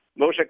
Moshe